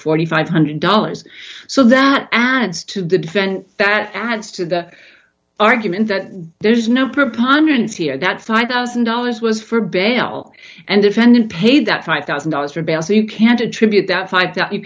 thousand five hundred dollars so that adds to the defense that adds to the argument that there's no preponderance here that five thousand dollars was for bail and defendant paid that five thousand dollars for bail so you can't attribute that